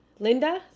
Linda